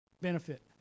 Benefit